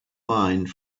mind